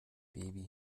baby